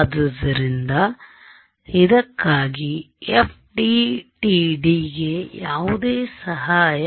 ಆದ್ದರಿಂದಇದಕ್ಕಾಗಿ FDTD ಗೆ ಯಾವುದೇ ಸಹಾಯ